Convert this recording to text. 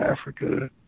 Africa